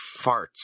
farts